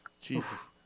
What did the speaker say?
Jesus